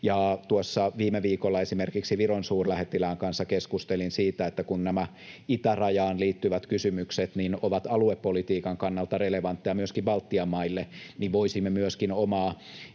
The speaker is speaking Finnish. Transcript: viime viikolla esimerkiksi Viron suurlähettilään kanssa keskustelin siitä, että kun nämä itärajaan liittyvät kysymykset ovat aluepolitiikan kannalta relevantteja myöskin Baltian maille, voisimme myöskin omaa